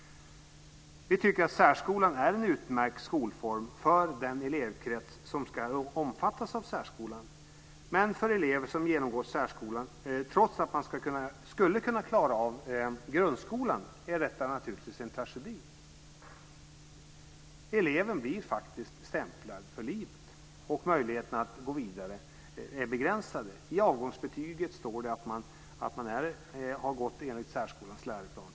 Vi tycker att särskolan är en utmärkt skolform för den elevkrets som ska omfattas av särskolan. Men för de elever som genomgår särskolan trots att de skulle kunna klara av en grundskola är det naturligtvis en tragedi. Eleven blir faktiskt stämplad för livet, och möjligheterna att gå vidare är begränsade. I avgångsbetyget står det t.ex. att eleven har gått enligt särskolans läroplan.